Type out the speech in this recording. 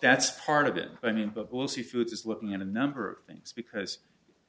that's part of it i mean but we'll see food is looking at a number of things because